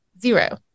Zero